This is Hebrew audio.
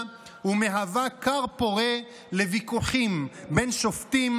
ומהווה כר פורה לוויכוחים בין שופטים,